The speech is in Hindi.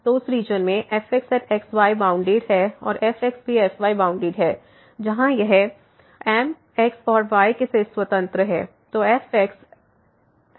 तो उस रीजन में fxx yबाउंडेड है और fx भी fy बाउंडेड है जहां यह M x और y से स्वतंत्र है